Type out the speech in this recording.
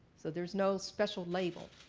so there's no special label.